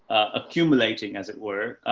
accumulating as it were,